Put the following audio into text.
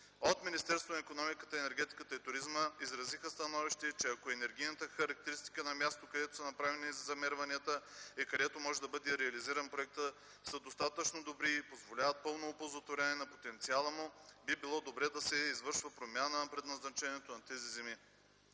От Министерството на икономиката, енергетиката и туризма изразиха становище, че ако енергийната характеристика на мястото, където са направени замерванията и където може да бъде реализиран проектът, е достатъчно добра и позволява пълно оползотворяване на потенциала му, би било добре да се извършва промяна на предназначението на тези земи.